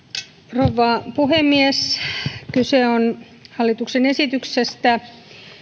rouva puhemies kyse on hallituksen esityksestä